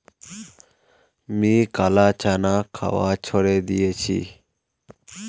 मी काला चना खवा छोड़े दिया छी